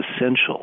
essential